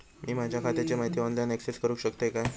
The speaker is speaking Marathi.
मी माझ्या खात्याची माहिती ऑनलाईन अक्सेस करूक शकतय काय?